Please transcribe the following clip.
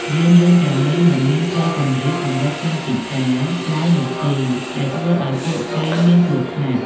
យានយន្តទាំងនេះ មិនមានផ្លូវជម្រាលសម្រាប់ជនពិការឡើងនោះទេ ដែលធ្វើឱ្យពួកគេមានគ្រោះថ្នាក់។